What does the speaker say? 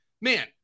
Man